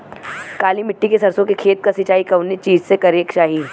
काली मिट्टी के सरसों के खेत क सिंचाई कवने चीज़से करेके चाही?